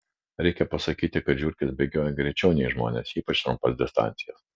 reikia pasakyti kad žiurkės bėgioja greičiau nei žmonės ypač trumpas distancijas